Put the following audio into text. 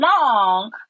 long